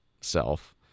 self